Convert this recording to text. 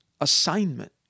assignment